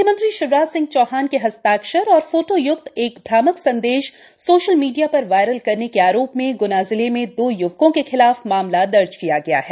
मुख्यमंत्री शिवराज सिंह चौहान के हस्ताक्षर एवं फोटोयुक्त एक भ्रामक संदेश सोशल मीडिया पर वायरल करने के आरोप में ग्ना जिले में दो युवकों के खिलाफ मामला दर्ज किया गया है